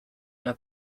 una